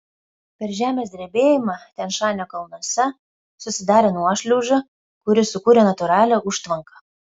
per žemės drebėjimą tian šanio kalnuose susidarė nuošliauža kuri sukūrė natūralią užtvanką